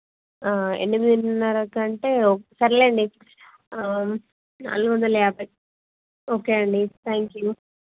ఎనిమిదిన్నర కంటే సర్లేండి నాలుగు వందల యాభై ఓకే అండి థ్యాంక్ యూ